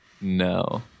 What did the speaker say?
No